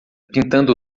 pintando